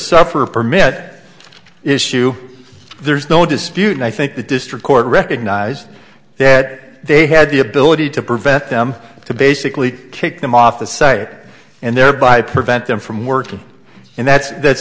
sufferer permit issue there's no dispute i think the district court recognized that they had the ability to prevent them to basically kick them off the site and thereby prevent them from working and that's that's